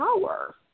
power